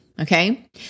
Okay